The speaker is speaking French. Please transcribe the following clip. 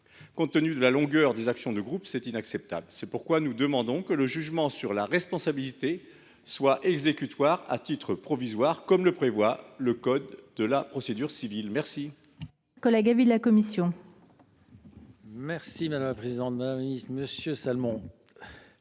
Compte tenu de la longueur des procédures d’action de groupe, voilà qui est inacceptable. C’est pourquoi nous demandons que le jugement sur la responsabilité soit exécutoire à titre provisoire, comme le prévoit le code de procédure civile. Quel